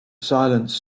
silence